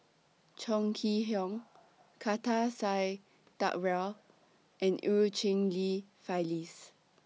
Chong Kee Hiong Kartar Singh Thakral and EU Cheng Li Phyllis